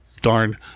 Darn